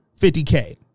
50K